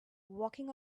walking